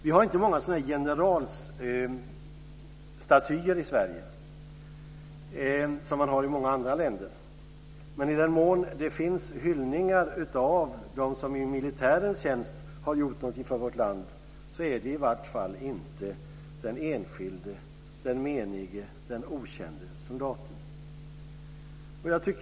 Vi har inte många statyer av generaler i Sverige som i många andra länder. I den mån det finns hyllningar av dem som i militärens tjänst har gjort någonting för vårt land, är det i varje fall inte den enskilde, den menige, den okände soldaten.